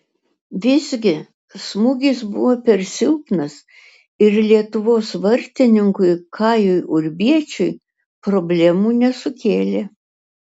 visgi smūgis buvo per silpnas ir lietuvos vartininkui kajui urbiečiui problemų nesukėlė